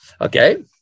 Okay